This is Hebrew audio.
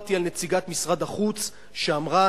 דיברתי על נציגת משרד החוץ שאמרה,